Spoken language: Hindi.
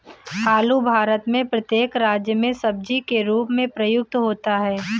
आलू भारत में प्रत्येक राज्य में सब्जी के रूप में प्रयुक्त होता है